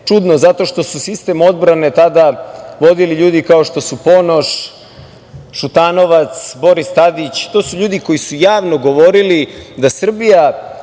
čudno zato što su sistem odbrane tada vodili ljudi kao što su Ponoš, Šutanovac, Boris Tadić. To su ljudi koji su javno govorili da Srbija